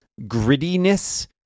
grittiness